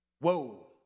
Whoa